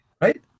right